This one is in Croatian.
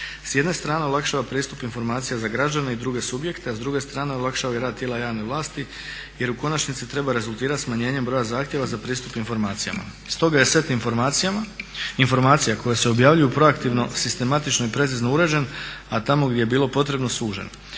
S jedne strane olakšava pristup informacija za građane i druge subjekte, a s druge strane olakšava i rad tijela javne vlasti jer u konačnici treba rezultirati smanjenjem broja zahtjeva za pristup informacijama. Stoga je set informacija koje se objavljuju proaktivno sistematično i precizno uređen, a tamo gdje je bilo potrebno sužen.